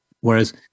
whereas